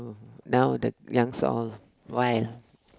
now the youngster all why ah